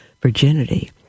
virginity